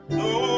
no